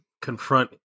confront